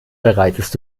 bereitest